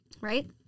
Right